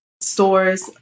stores